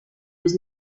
was